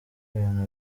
n’ibintu